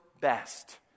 best